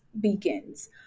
begins